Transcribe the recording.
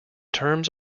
terms